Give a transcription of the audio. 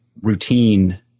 routine